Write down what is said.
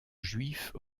juifs